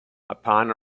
upon